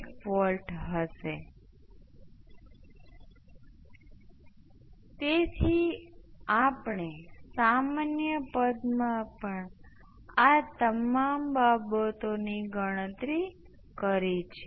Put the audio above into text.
હું સામાન્ય રીતે કહીશ જેથી ડેલી ડેરિવેટિવ વગરનો શબ્દ ડાબી બાજુએ 0 નો શબ્દ એકતાના ગુણાંક તરીકે છે